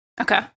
Okay